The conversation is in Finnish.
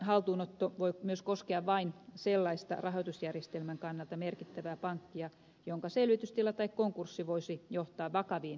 haltuunotto voi myös koskea vain sellaista rahoitusjärjestelmän kannalta merkittävää pankkia jonka selvitystila tai konkurssi voisi johtaa vakaviin häiriöihin rahoitusmarkkinoilla